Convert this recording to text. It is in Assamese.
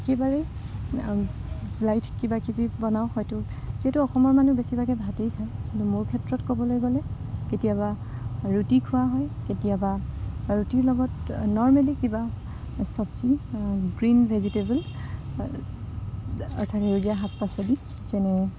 একেইবাৰেই লাইট কিবাকিবি বনাওঁ হয়তো যিহেতু অসমৰ মানুহ বেছিভাগে ভাতেই খায় কিন্তু মোৰ ক্ষেত্ৰত ক'বলৈ গ'লে কেতিয়াবা ৰুটি খোৱা হয় কেতিয়াবা ৰুটিৰ লগত নৰ্মৰ্মেলি কিবা চব্জি গ্ৰীণ ভেজিটেবল অৰ্থাৎ সেউজীয়া শাক পাচলি যেনে